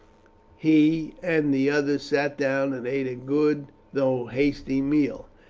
he and the others sat down and ate a good, though hasty, meal.